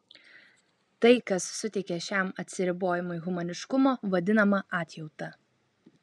tai kas suteikia šiam atsiribojimui humaniškumo vadinama atjauta